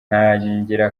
ntangira